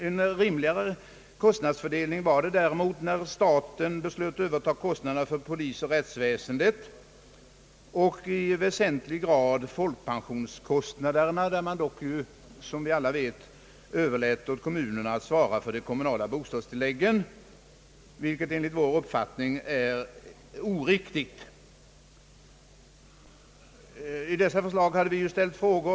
En rimligare kostnadsfördelning var det däremot när staten beslöt överta kostnaderna för polisoch rättsväsendet och i väsentlig grad folkpensionskostnaderna, där man dock, som vi alla vet, överlämnat åt kommunerna att svara för de kommunala bostadstilläggen, vilket enligt vår uppfattning är oriktigt.